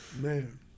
Man